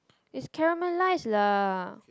it's caramelized lah